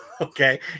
Okay